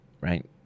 right